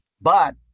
but-